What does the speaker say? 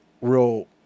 real